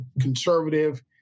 conservative